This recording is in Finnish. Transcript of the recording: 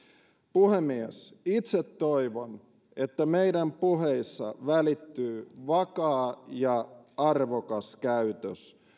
puhemies itse toivon että meidän puheissamme välittyy vakaa ja arvokas käytös